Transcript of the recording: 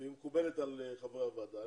היא מקובלת על חברי הוועדה.